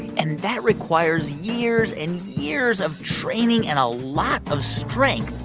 and that requires years and years of training and a lot of strength.